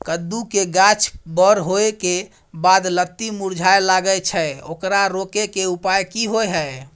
कद्दू के गाछ बर होय के बाद लत्ती मुरझाय लागे छै ओकरा रोके के उपाय कि होय है?